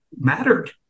mattered